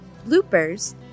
bloopers